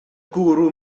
gwrw